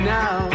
now